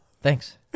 thanks